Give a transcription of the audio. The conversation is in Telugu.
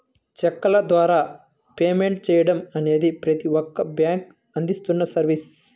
చెక్కుల ద్వారా పేమెంట్ చెయ్యడం అనేది ప్రతి ఒక్క బ్యేంకూ అందిస్తున్న సర్వీసే